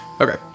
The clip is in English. Okay